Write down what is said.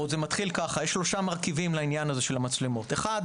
יש שלושה מרכיבים לעניין הזה של המצלמות: האחד,